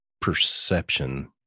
perception